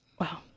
Wow